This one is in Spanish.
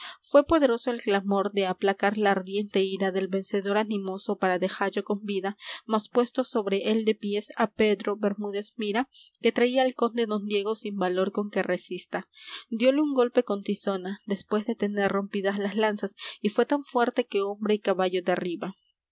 fué poderoso el clamor de aplacar la ardiente ira del vencedor animoso para dejallo con vida mas puesto sobre él de piés á pedro bermúdez mira que traía al conde don diego sin valor con que resista dióle un golpe con tizona después de tener rompidas las lanzas y fué tan fuerte que hombre y caballo derriba